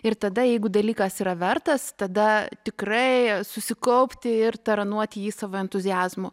ir tada jeigu dalykas yra vertas tada tikrai susikaupti ir taranuoti jį savo entuziazmu